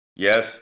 Yes